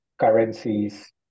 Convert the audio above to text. currencies